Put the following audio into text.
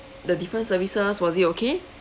the different services was it okay